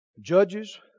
Judges